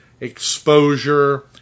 exposure